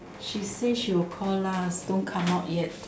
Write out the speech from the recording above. she say she will call us don't come out yet